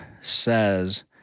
says